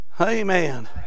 Amen